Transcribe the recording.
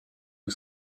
are